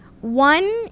One